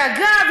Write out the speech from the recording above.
ואגב,